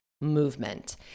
movement